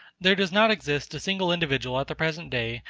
there does not exist a single individual at the present day,